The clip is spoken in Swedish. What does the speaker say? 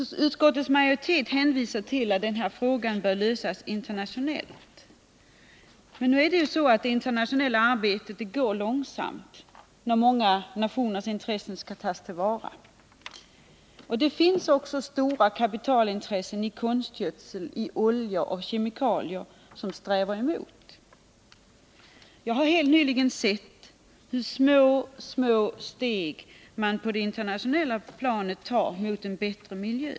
Utskottets majoritet skriver att denna fråga bör lösas internationellt. Men det internationella arbetet går ju långsamt, eftersom många nationers intressen skall tas till vara. Det finns också stora kapitalintressen i konstgödsel, olja och kemikalier som arbetar emot. Jag har helt nyligen sett hur små, små steg man på det internationella planet tar mot en bättre miljö.